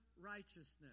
righteousness